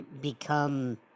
become